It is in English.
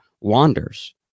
wanders